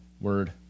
Word